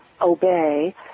obey